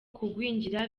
kugwingira